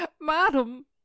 madam